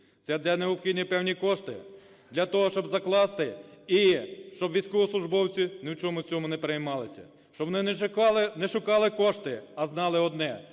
де необхідні певні кошти для того, щоб закласти і щоб військовослужбовці ні в чому цьому не переймалися, щоб вони не шукали кошти, а знали одне,